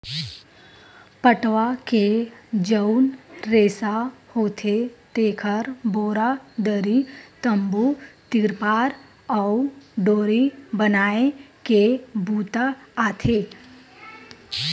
पटवा के जउन रेसा होथे तेखर बोरा, दरी, तम्बू, तिरपार अउ डोरी बनाए के बूता आथे